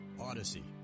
odyssey